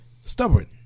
stubborn